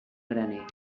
graner